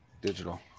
digital